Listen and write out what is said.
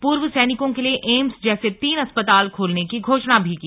पूर्व सैनिकों के लिए एम्स जैसे तीन अस्पताल खोलने की घोषणा भी की